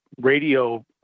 radio